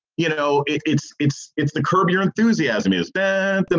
you know, it's it's it's the curb your enthusiasm, is there and